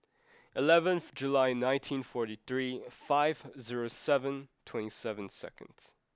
eleven July nineteen forty three five zero seven twenty seven seconds